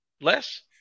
Less